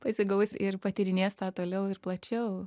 pasigaus ir patyrinės tą toliau ir plačiau